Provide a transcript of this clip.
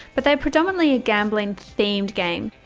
but they're predominantly a gambling-themed game.